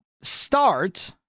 start